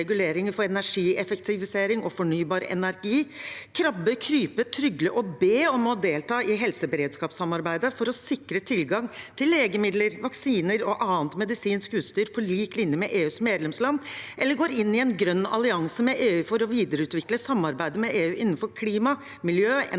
for energieffektivisering og fornybar energi, krabbe, krype, trygle og be om å få delta i helseberedskapssamarbeidet for å sikre tilgang til legemidler, vaksiner og annet medisinsk utstyr på lik linje med EUs medlemsland, eller gå inn i en grønn allianse med EU for å videreutvikle samarbeidet innenfor klima, miljø, energi,